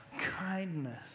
kindness